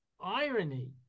irony